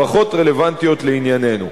פחות רלוונטיות לענייננו.